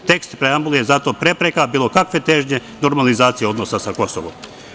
Tekst preambule je zato prepreka bilo kakve težnje normalizacije odnosa sa Kosovom.